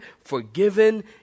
forgiven